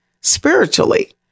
spiritually